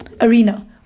arena